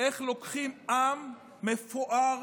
איך לוקחים עם מפואר